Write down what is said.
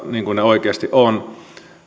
niin kuin ne oikeasti ovat